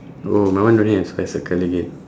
oh my one don't have I circle again